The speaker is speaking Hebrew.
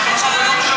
עושה?